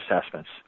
assessments